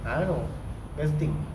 I don't know that's the thing